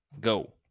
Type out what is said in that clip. go